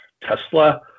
Tesla